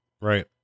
Right